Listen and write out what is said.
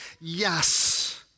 Yes